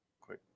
quick